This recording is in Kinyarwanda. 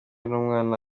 n’umwana